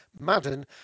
Madden